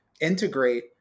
integrate